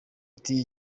ati